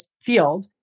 field